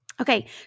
Okay